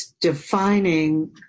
defining